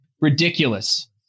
ridiculous